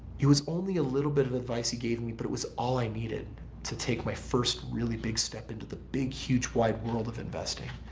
it was only a little bit of advice he gave me but it was all i needed to take my first really big step into the big huge wide world of investing.